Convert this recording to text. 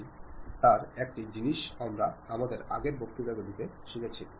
അതിനാൽ വാക്കുകൾ തിരഞ്ഞെടുക്കുമ്പോൾ നിങ്ങൾ വളരെ ശ്രദ്ധിക്കണം